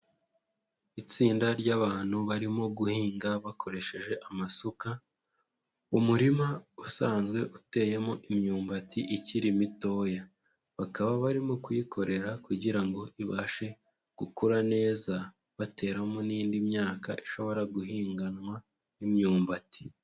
Itsinda ry'abantu barimo guhinga bakoresheje amasuka, umurima usanzwe uteyemo imyumbati ikiri mitoya, bakaba barimo kuyikorera kugira ngo ibashe gukura neza, bateramo n'indi myaka ishobora guhinganwa n'imyumbati.